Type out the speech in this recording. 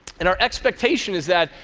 and our expectation is that,